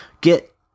get